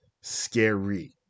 scary